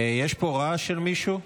יש פה רעש של מישהו?